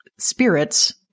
Spirits